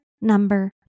number